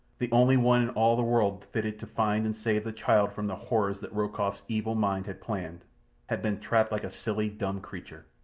the only one in all the world fitted to find and save the child from the horrors that rokoff's evil mind had planned had been trapped like a silly, dumb creature.